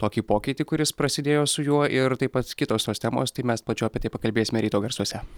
tokį pokytį kuris prasidėjo su juo ir taip pat kitos tos temos tai mes plačiau apie tai pakalbėsime ryto garsuose